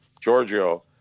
Giorgio